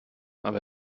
aber